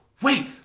Wait